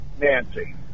Nancy